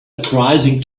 uprising